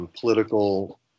political